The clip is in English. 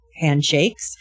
handshakes